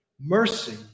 mercy